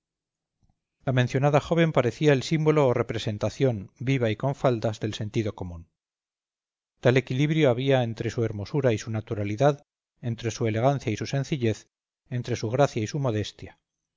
la mencionada joven parecía el símbolo o representación viva y con faldas del sentido común tal equilibrio había entre su hermosura y su naturalidad entre su elegancia y su sencillez entre su gracia y su modestia